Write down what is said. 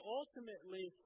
ultimately